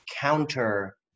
counter